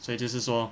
所以就是说